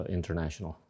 International